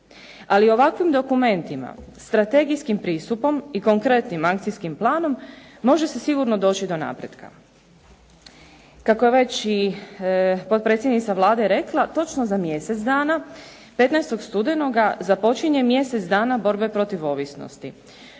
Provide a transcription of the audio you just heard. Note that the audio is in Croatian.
Ali ovakvim dokumentima, strategijskim pristupom i konkretnim akcijskim planom može se sigurno doći do napretka. Kako je već i potpredsjednica Vlade rekla, točno za mjesec dana 15. studenoga započinje Mjesec dana borbe protiv ovisnosti.